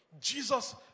Jesus